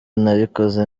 nabikoze